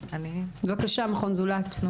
בבקשה מכון זולת.